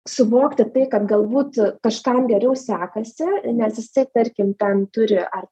suvokti tai kad galbūt kažkam geriau sekasi nes jisai tarkim ten turi ar